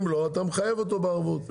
אם לא, אתה מחייב אותו בערבות.